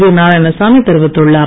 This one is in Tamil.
வி நாராயணசாமி தெரிவித்துள்ளார்